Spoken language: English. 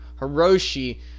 Hiroshi